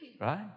right